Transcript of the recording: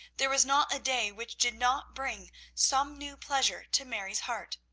there was not a day which did not bring some new pleasure to mary's heart.